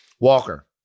Walker